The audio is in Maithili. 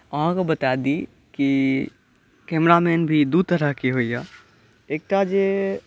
अहाँके बता दी कि कैमरा मैन भी दू तरहके होइया एकटा जे